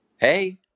Hey